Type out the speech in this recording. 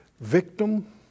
victim